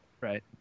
Right